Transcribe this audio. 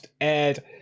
aired